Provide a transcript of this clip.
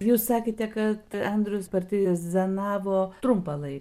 jūs sakėte kad andrius partizanavo trumpą lai